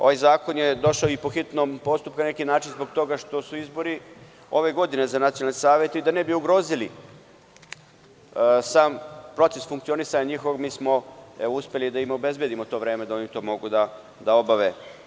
Ovaj zakon je došao po hitnom postupku, na neki način zbog toga što su izbori ove godine za nacionalne savete i da ne bi ugrozili sam proces njihovog funkcionisanja, mi smo uspeli da im obezbedimo to vreme da oni to mogu da obave.